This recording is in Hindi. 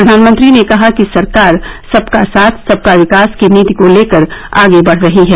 प्रधानमंत्री ने कहा कि सरकार सबका साथ सबका विकास की नीति को लेकर आगे बढ़ रही है